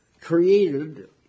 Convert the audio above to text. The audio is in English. created